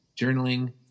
journaling